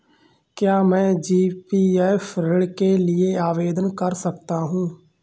क्या मैं जी.पी.एफ ऋण के लिए आवेदन कर सकता हूँ?